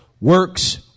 Works